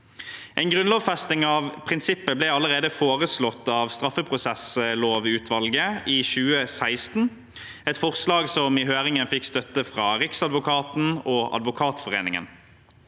En grunnlovfesting av prinsippet ble allerede foreslått av straffeprosessutvalget i 2016, et forslag som i høringen fikk støtte fra Riksadvokaten og Advokatforeningen.